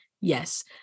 yes